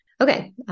Okay